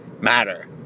matter